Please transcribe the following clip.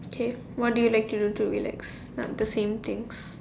okay what do you like to do to relax not the same things